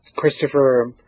Christopher